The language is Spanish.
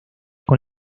con